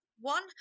one